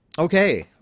Okay